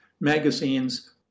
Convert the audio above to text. Magazines